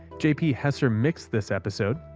jp hesser mixed this episode.